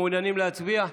ומעוניינים להצביע?